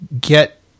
get